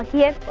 yet.